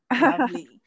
Lovely